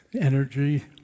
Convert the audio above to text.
energy